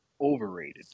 overrated